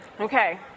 Okay